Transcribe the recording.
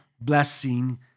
blessing